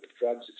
drugs